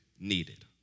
needed